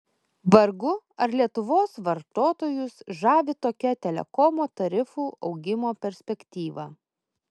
vargu ar lietuvos vartotojus žavi tokia telekomo tarifų augimo perspektyva